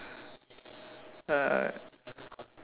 err